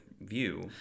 view